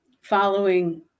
following